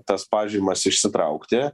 tas pažymas išsitraukti